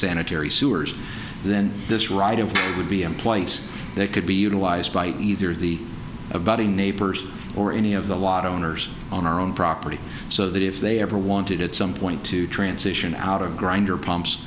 sanitary sewers then this right it would be in place that could be utilized by either the about the neighbors or any of the water owners on our own property so that if they ever wanted at some point to transition out of grindr pumps